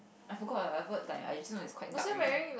I forgot whatever the time I just know is quite dark already